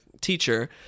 teacher